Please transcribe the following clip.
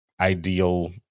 ideal